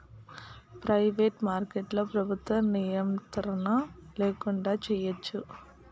private మార్కెట్లో ప్రభుత్వ నియంత్రణ ల్యాకుండా చేయచ్చు